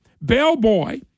Bellboy